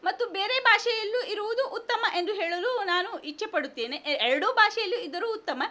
ಮತ್ತು ಬೇರೆ ಭಾಷೆಯಲ್ಲೂ ಇರುವುದು ಉತ್ತಮ ಎಂದು ಹೇಳಲು ನಾನು ಇಚ್ಛೆ ಪಡುತ್ತೇನೆ ಎರಡು ಭಾಷೆಯಲ್ಲೂ ಇದ್ದರು ಉತ್ತಮ